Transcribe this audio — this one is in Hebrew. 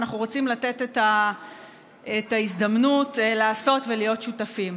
ואנחנו רוצים לתת הזדמנות לעשות ולהיות שותפים.